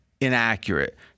inaccurate—